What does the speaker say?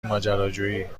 ماجراجویی